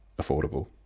affordable